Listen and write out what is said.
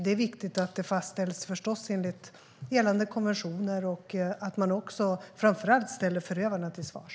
Det är viktigt att det fastställs enligt gällande konventioner och att man framför allt ställer förövarna till svars.